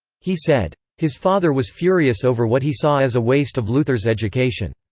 he said. his father was furious over what he saw as a waste of luther's education.